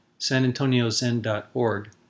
sanantoniozen.org